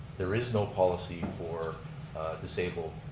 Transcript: there is no policy for disabled